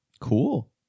Cool